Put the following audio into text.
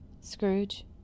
Scrooge